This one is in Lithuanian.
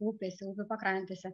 upėse upių pakrantėse